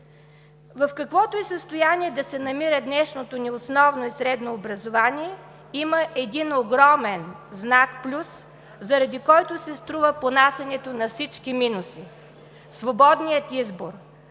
В каквото и състояние да се намира днешното ни основно и средно образование има един огромен знак плюс, заради който си струва понасянето на всички минуси – свободният избор.